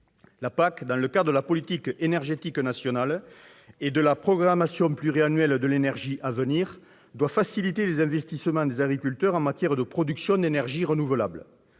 Dans le cadre de la politique énergétique nationale et de la programmation pluriannuelle de l'énergie à venir, la PAC doit faciliter les investissements des agriculteurs en matière de production d'énergies renouvelables.